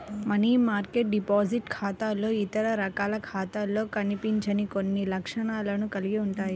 money market deposit ఖాతాలు ఇతర రకాల ఖాతాలలో కనిపించని కొన్ని లక్షణాలను కలిగి ఉంటాయి